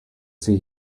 see